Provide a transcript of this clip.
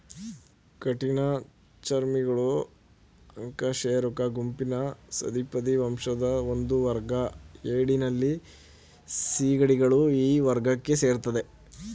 ಕಠಿಣಚರ್ಮಿಗಳು ಅಕಶೇರುಕ ಗುಂಪಿನ ಸಂಧಿಪದಿ ವಂಶದ ಒಂದುವರ್ಗ ಏಡಿ ನಳ್ಳಿ ಸೀಗಡಿಗಳು ಈ ವರ್ಗಕ್ಕೆ ಸೇರ್ತದೆ